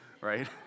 Right